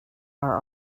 are